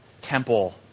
temple